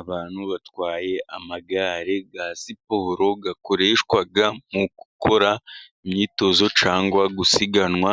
Abantu batwaye amagare ya siporo, akoreshwa mu gukora imyitozo, cyangwa gusiganwa